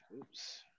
oops